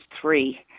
three